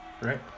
Right